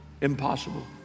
Impossible